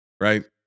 right